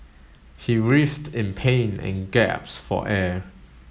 he writhed in pain and gasped for air